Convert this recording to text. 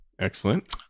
Excellent